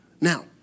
Now